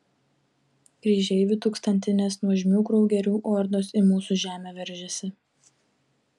kryžeivių tūkstantinės nuožmių kraugerių ordos į mūsų žemę veržiasi